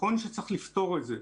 נכון שצריך לפתור את זה,